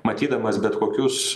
matydamas bet kokius